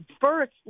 first